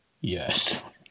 Yes